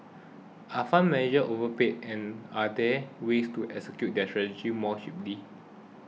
are fund manager overpaid and are there ways to execute their strategies more cheaply